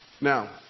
Now